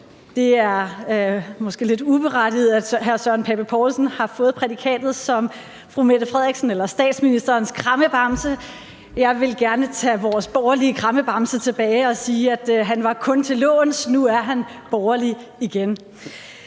Det er måske lidt uberettiget, at hr. Søren Pape Poulsen har fået prædikatet som statsministerens krammebamse. Jeg vil gerne tage vores borgerlige krammebamse tilbage og sige, at han kun var til låns, nu er han borgerlig igen.